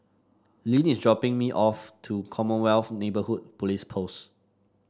Lynn is dropping me off to Commonwealth Neighbourhood Police Post